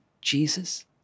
Jesus